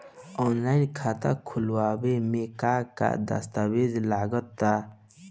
Online खाता खूलावे म का का दस्तावेज लगा ता?